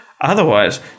Otherwise